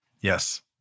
Yes